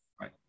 Right